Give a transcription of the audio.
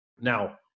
Now